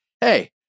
Hey